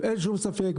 אין שום ספק.